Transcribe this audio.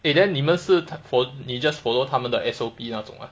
eh then 你们是 fol~ 你 just follow 他们的 S_O_P 那种啊